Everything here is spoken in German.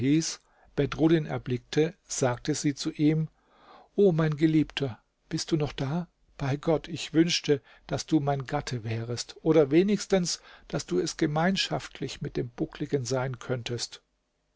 bedruddin erblickte sagte sie zu ihm o mein geliebter bist du noch da bei gott ich wünschte daß du mein gatte wärest oder wenigstens daß du es gemeinschaftlich mit dem buckligen sein könntest